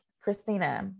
Christina